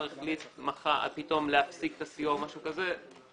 החליט פתאום להפסיק את הסיוע או משהו כזה.